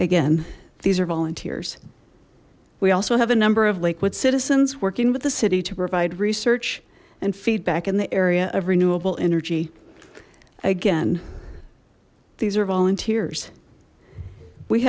again these are volunteers we also have a number of lakewood citizens working with the city to provide research and feedback in the area of renewable energy again these are volunteers we